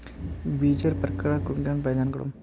बीजेर प्रकार कुंसम करे पहचान करूम?